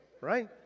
right